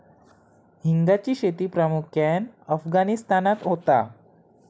हिंगाची शेती प्रामुख्यान अफगाणिस्तानात होता